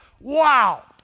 wow